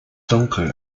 dunkel